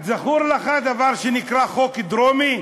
זכור לך דבר שנקרא חוק דרומי?